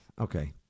Okay